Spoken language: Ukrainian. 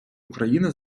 україни